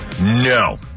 no